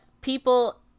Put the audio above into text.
people